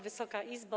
Wysoka Izbo!